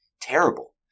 Terrible